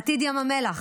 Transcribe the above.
עתיד ים המלח,